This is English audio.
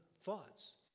thoughts